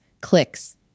clicks